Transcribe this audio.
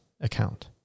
account